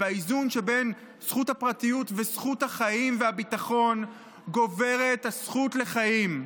ובאיזון שבין זכות הפרטיות לזכות החיים והביטחון גוברת הזכות לחיים.